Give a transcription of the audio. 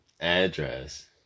address